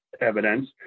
evidence